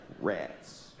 rats